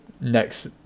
next